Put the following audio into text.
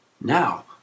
Now